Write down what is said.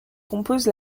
compose